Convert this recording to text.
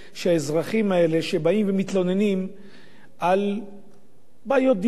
שהאזרחים האלה שבאים ומתלוננים על בעיות דיור,